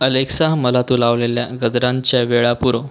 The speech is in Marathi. अलेक्सा मला तू लावलेल्या गजरांच्या वेळा पुरव